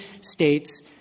states